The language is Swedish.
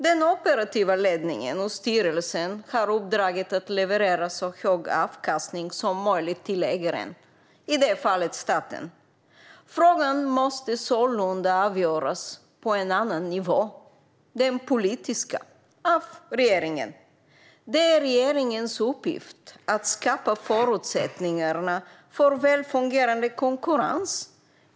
Den operativa ledningen och styrelsen har uppdraget att leverera så hög avkastning som möjligt till ägaren, som i detta fall är staten. Frågan måste sålunda avgöras på en annan nivå - den politiska - av regeringen. Det är regeringens uppgift att skapa förutsättningarna för väl fungerande konkurrens.